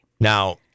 Now